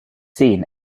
seen